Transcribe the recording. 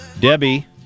Debbie